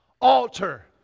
altar